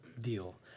deal